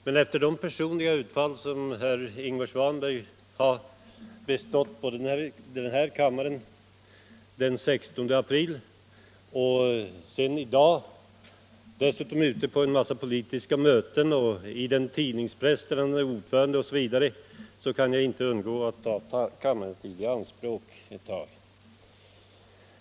Men efter de personliga utfall som herr Ingvar Svanberg har gjort i den här kammaren den 16 april, här i dag och dessutom ute på en mängd politiska möten, i den tidningspress där han är ordförande osv., kan jag inte undgå att ta kammarens tid i anspråk ett tag.